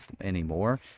anymore